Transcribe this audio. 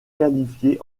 qualifié